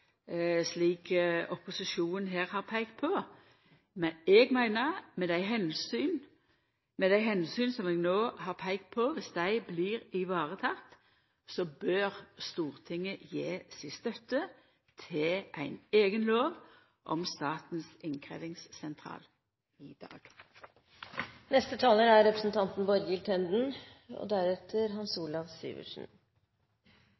slik at det ikkje endrar etablert og god oppgåvefordeling. Så kunne vi drøfta denne saka endå nøyare, slik opposisjonen her har peikt på, men eg meiner at dersom dei omsyna eg no har peikt på, blir varetekne, bør Stortinget gje si støtte til ei eiga lov om Statens